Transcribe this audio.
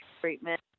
treatment